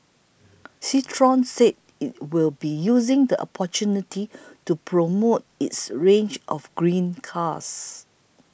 Citroen said it will be using the opportunity to promote its range of green cars